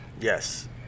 Yes